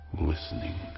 listening